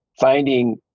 finding